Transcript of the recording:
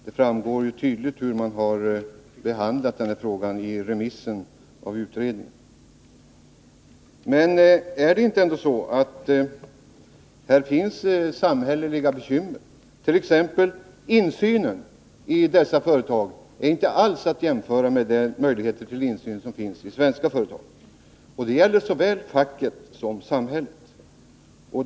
Det framgår tydligt av hur man behandlat den här frågan i remissen av utredningen. Men är det inte ändå så att det här finns bekymmer för samhället. Exempelvis är inte insynen i de multinationella företagen alls att jämföra med insynen i svenska företag — och det gäller såväl facket som samhället.